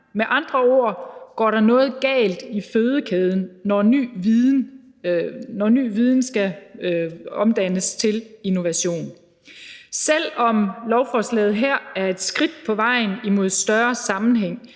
med andre ord noget galt i fødekæden, når ny viden skal omdannes til innovation. Selv om lovforslaget her er et skridt på vejen henimod større sammenhæng,